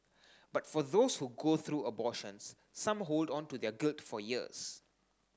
but for those who go through abortions some hold on to their guilt for years